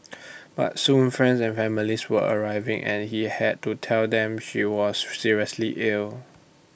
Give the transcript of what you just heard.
but soon friends and families were arriving and he had to tell them she was seriously ill